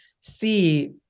see